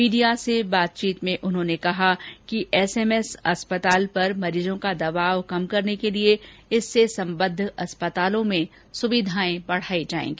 media से बातचीत करते हुए उन्होंने कहा कि एसएमएस अस्पताल पर मरीजों का दबाव कम करने के लिये इससे सम्बद्ध अस्पतालों में सुविधाएं बढाई जायेगी